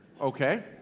okay